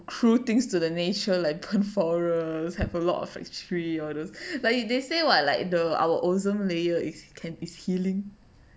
cruel things to the nature like burn forest have a lot factory all those like you they say what like the our ozone layer is can is healing